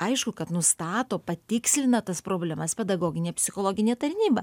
aišku kad nustato patikslina tas problemas pedagoginė psichologinė tarnyba